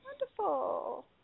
Wonderful